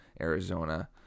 Arizona